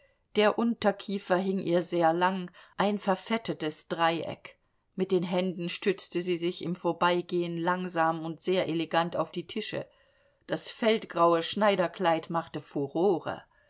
der unterkiefer hing ihr sehr lang ein verfettetes dreieck mit den händen stützte sie sich im vorbeigehen langsam und sehr elegant auf die tische das feldgraue schneiderkleid machte furore